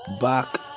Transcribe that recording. back